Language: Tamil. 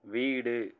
வீடு